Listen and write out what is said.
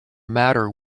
matter